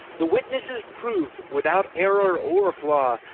the witnesses proved, without error or flaw,